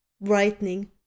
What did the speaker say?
brightening